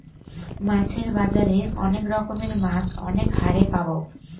মাছের বাজারে অনেক রকমের মাছ অনেক হারে পাবো